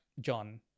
John